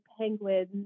Penguins